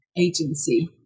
agency